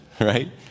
right